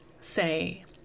say